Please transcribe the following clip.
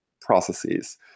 processes